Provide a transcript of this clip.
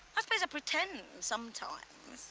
i suppose i pretend sometimes